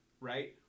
right